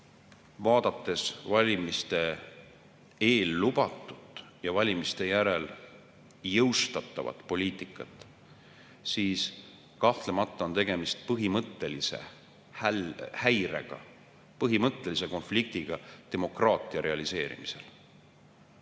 vaadates valimiste eel lubatud ja valimiste järel jõustatavat poliitikat, siis kahtlemata on tegemist põhimõttelise häirega, põhimõttelise konfliktiga demokraatia realiseerimisel.